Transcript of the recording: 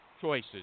choices